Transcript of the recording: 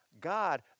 God